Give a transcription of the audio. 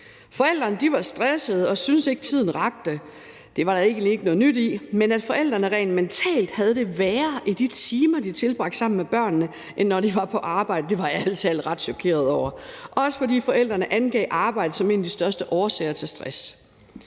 Forældrene var stressede og syntes ikke, at tiden rakte. Det var der egentlig ikke noget nyt i, men at forældrene rent mentalt havde det værre i de timer, de tilbragte sammen med børnene, end når de var på arbejde, var jeg ærlig talt ret chokeret over, også fordi forældrene angav arbejde som en af de største årsager til stress.